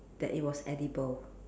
that it was edible